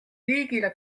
riigile